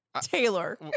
Taylor